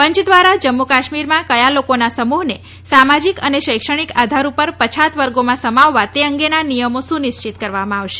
પંચ દ્વારા જમ્મુ કાશ્મીરમાં કયા લોકોના સમૂહને સામાજિક અને શૈક્ષણિક આધાર પર પછાત વર્ગોમાં સમાવવા તે અંગેના નિયમો સુનિશ્ચિત કરવામાં આવશે